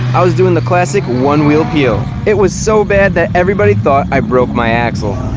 i was doing the classic one wheel peel. it was so bad that everybody thought i broke my axle.